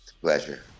Pleasure